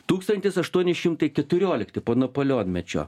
tūkstantis aštuoni šimtai keturiolikti po napoleonmečio